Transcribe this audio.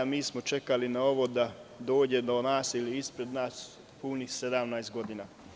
Mi smo čekali na ovo da dođe do nas, ili ispred nas, punih 17. godina.